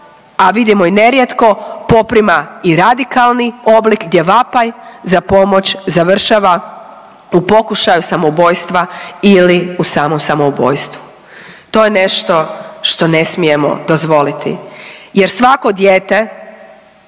a vidimo i nerijetko, poprima i radikalni oblik gdje vapaj za pomoć završava u pokušaju samoubojstva ili u samom samoubojstvu, to je nešto što ne smijemo dozvoliti jer svako dijete